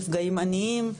נפגעים עניים,